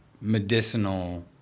medicinal